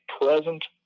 present